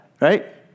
right